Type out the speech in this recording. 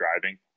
driving